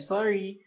Sorry